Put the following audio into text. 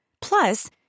Plus